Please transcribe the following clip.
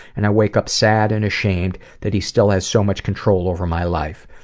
and i wake up sad and ashamed that he still has so much control over my life.